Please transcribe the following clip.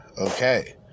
Okay